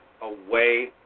away